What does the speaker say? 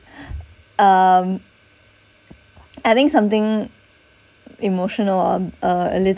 um adding something emotional or uh a little